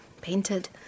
Painted